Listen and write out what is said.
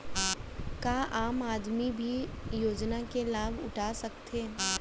का आम आदमी भी योजना के लाभ उठा सकथे?